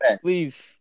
please